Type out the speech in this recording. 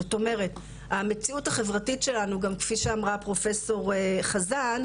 זאת אומרת המציאות החברתית שלנו גם כפי שאמרה פרופסור חזן,